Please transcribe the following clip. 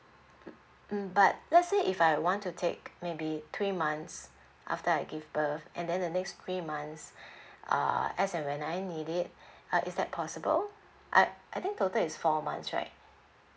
mm mm but let's say if I want to take maybe three months after I give birth and then the next three months uh as and when I need it uh is that possible I I think total is four months right